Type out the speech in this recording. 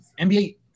NBA